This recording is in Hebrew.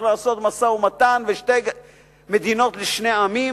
לעשות משא-ומתן ושתי מדינות לשני עמים,